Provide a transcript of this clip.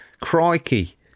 Crikey